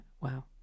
Wow